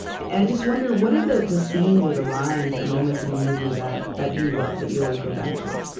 and wonder, what are the the scenes or the lines, the moments in the movie that that you love, that you always go back to?